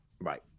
Right